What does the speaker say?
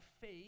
faith